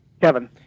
Kevin